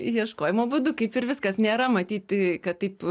ieškojimo būdu kaip ir viskas nėra matyti kad taip